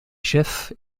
chef